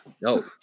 No